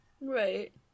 right